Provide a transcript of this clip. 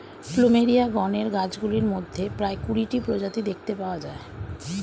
plumeria গণের গাছগুলির মধ্যে প্রায় কুড়িটি প্রজাতি দেখতে পাওয়া যায়